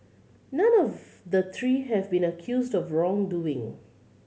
none of the three have been accused of wrongdoing